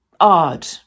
odd